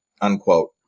unquote